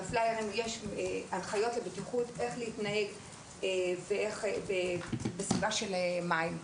בפלאיירים יש הנחיות לבטיחות והתנהגות בסביבה של מים.